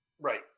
Right